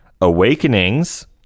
Awakenings